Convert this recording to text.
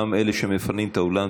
גם מאלה שמפנים את האולם.